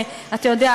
אתה יודע,